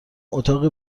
اتاقی